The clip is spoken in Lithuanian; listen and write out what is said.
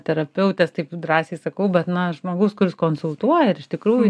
terapeutės taip drąsiai sakau bet na žmogus kuris konsultuoja ir iš tikrųjų